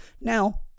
Now